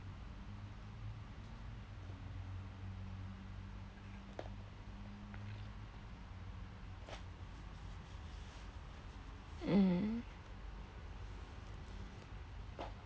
mm